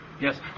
Yes